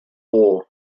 war